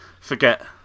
forget